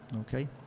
Okay